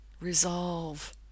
Resolve